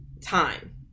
time